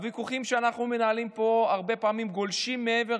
הוויכוחים שאנחנו מנהלים פה הרבה פעמים גולשים מעבר